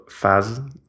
fase